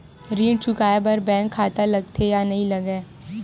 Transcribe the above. ऋण चुकाए बार बैंक खाता लगथे या नहीं लगाए?